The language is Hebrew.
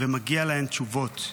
ומגיעות להן תשובות.